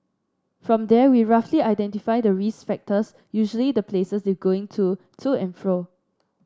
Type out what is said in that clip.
from there we'll roughly identify the risk factors usually the places they're going to to and fro